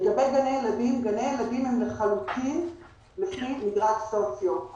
לגבי גני ילדים, הם חלוקים לפי מדרג סוציו.